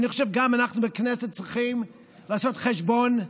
אני חושב שגם אנחנו בכנסת צריכים לעשות חשבון נפש.